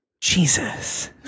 Jesus